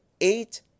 eight